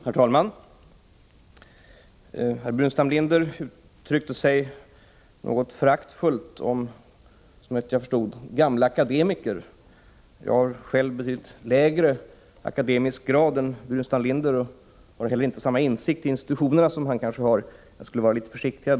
Herr talman! Herr Burenstam Linder uttryckte sig, såvitt jag förstod, något föraktfullt om gamla akademiker. Själv har jag betydligt lägre akademisk grad än Burenstam Linder, och jag har inte heller samma insikt i institutionerna som han har. Han borde kanske därför vara litet försiktigare.